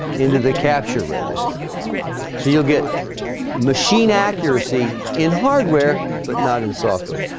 into the capture register so you'll get machine accuracy in hardware, but not in software.